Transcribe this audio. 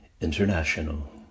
International